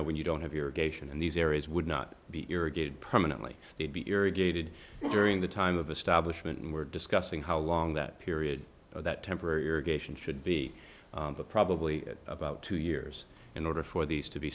know when you don't have your geisha and these areas would not be irrigated permanently they'd be irrigated during the time of a stablish mint and we're discussing how long that period that temporary irrigation should be but probably about two years in order for these to be